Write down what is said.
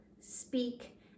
speak